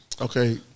Okay